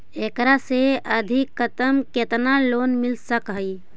एकरा से अधिकतम केतना लोन मिल सक हइ?